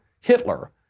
Hitler